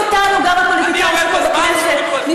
את עשית את זה בפעם האחרונה שעמדת,